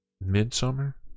Midsummer